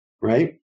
right